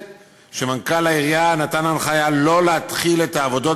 מנכ"ל העירייה נתן הנחיה שלא להתחיל את העבודות